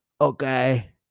okay